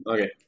Okay